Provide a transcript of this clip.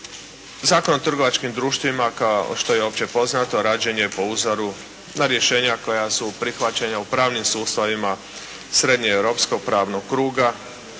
Zakon o trgovačkim društvima kao što je opće poznato rađen je po uzoru na rješenja koja su prihvaćena u pravnim sustavima srednje Europsko pravnog kruga